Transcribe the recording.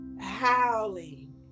howling